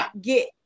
get